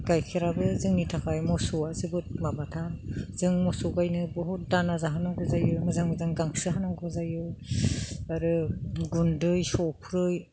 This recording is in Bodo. गाइखेराबो जोंनि थाखाय मोसौआ जोबोद माबाखा जों मोसौ गायनो बहुत दाना जाहोनांगौ जायो मोजां मोजां गांसो होनांगौ जायो आरो गुन्दै सफ्रै